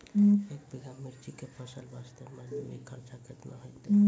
एक बीघा मिर्ची के फसल वास्ते मजदूरी खर्चा केतना होइते?